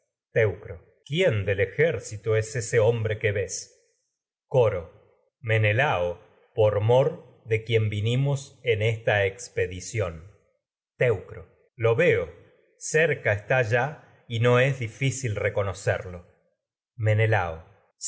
coro quién del ejército es ese hombre que ves esta menelao por mor de quien vinimos en expedición teucro lo veo cerca está ya y no es difícil reco